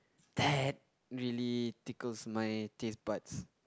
that really tickles my taste buds